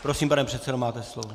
Prosím, pane předsedo, máte slovo.